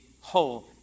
whole